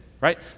right